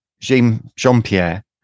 Jean-Pierre